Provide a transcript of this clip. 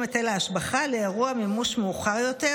היטל ההשבחה לאירוע מימוש מאוחר יותר,